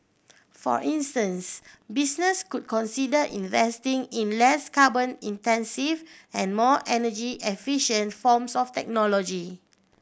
for instance business could consider investing in less carbon intensive and more energy efficient forms of technology